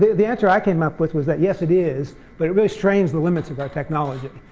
the the answer i came up with was that yes it is, but it really strains the limits of our technology.